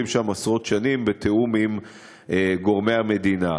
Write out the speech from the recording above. שם עשרות שנים בתיאום עם גורמי המדינה.